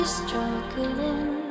struggling